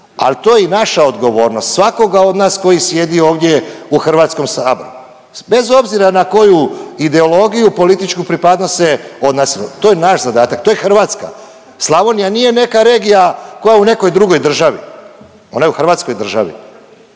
ali to je i naša odgovornost svakoga od nas koji sjedi ovdje u Hrvatskom saboru bez obzira na koju ideologiju, političku pripadnost se on naslonio, to je naš zadatak, to je Hrvatska. Slavonija nije neka regija koja je u nekoj drugog državi, ona je u hrvatskoj državi.